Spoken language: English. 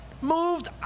moved